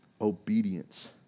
Obedience